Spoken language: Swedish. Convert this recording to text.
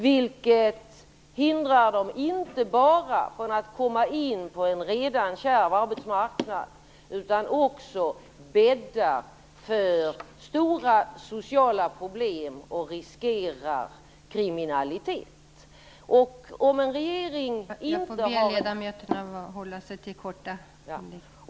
Det inte bara hindrar dem från att komma in på en redan kärv arbetsmarknad, det bäddar också för stora sociala problem och riskerar att leda till kriminalitet.